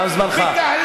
תם זמנך.